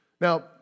Now